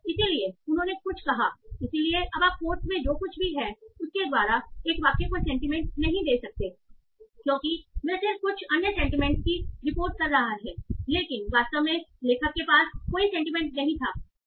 इसलिए उन्होंने कुछ कहा इसलिए अब आप कोट्स में जो कुछ भी है उसके द्वारा एक वाक्य को सेंटीमेंट नहीं दे सकते क्योंकि वह सिर्फ कुछ अन्य सेंटीमेंट्स की रिपोर्ट कर रहा है लेकिन वास्तव में लेखक के पास कोई सेंटीमेंट नहीं थी